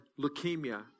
leukemia